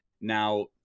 Now